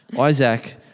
Isaac